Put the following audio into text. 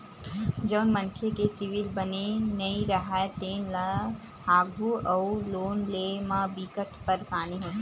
जउन मनखे के सिविल बने नइ राहय तेन ल आघु अउ लोन लेय म बिकट परसानी होथे